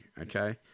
okay